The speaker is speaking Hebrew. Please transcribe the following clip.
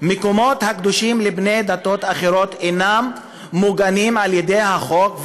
מקומות הקדושים לבני דתות אחרות אינם מוגנים על ידי החוק,